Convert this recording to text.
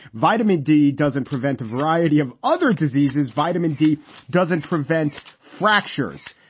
vitamin d doesn't prevent a variety of other diseases. vitamin d doesn't prevent fractures.